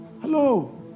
Hello